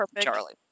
Charlie